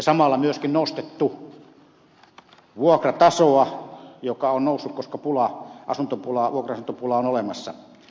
samalla on myöskin nostettu vuokratasoa joka on noussut koska asuntopula vuokra asuntopula on olemassa